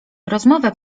rozmowę